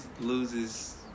loses